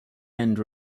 end